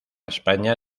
españa